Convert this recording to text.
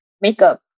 makeup